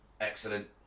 excellent